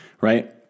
right